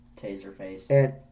Taserface